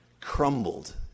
crumbled